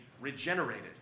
regenerated